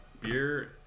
beer